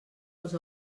els